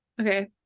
Okay